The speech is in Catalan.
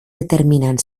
determinant